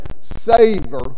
savor